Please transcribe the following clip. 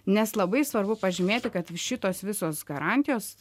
nes labai svarbu pažymėti kad šitos visos garantijos